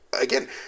again